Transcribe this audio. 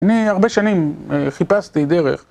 אני הרבה שנים חיפשתי דרך.